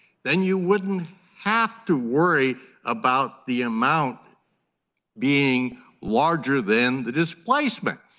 then you wouldn't have to worry about the amount being larger than the displacement.